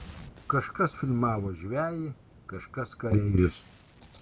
kažkas filmavo žvejį kažkas kareivius